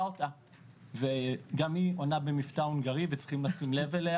ומשמעותית ואני רואה כפרויקט אישי שלי לטפל בפער האדיר שקיים בכוח האדם